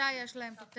לשלושה יש תותבת.